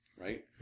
right